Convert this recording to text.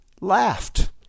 laughed